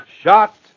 Shot